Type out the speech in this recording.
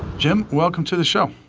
jim, welcome to the show.